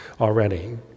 already